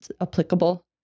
applicable